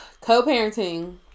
co-parenting